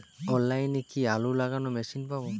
অনলাইনে কি আলু লাগানো মেশিন পাব?